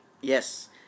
Yes